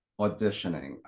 auditioning